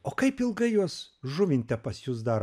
o kaip ilgai jos žuvinte pas jus dar